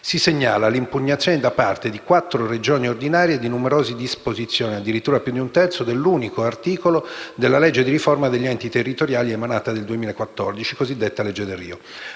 Si segnala l'impugnazione da parte di quattro Regioni ordinarie di numerose disposizioni (addirittura più di un terzo) dell'unico articolo della legge di riforma degli enti territoriali emanata nel 2014 (la cosiddetta legge Delrio).